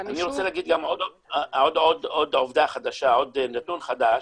אני רוצה לומר עוד נתון חדש,